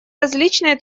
различные